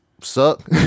suck